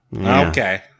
Okay